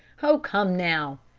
oh, come now!